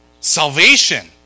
salvation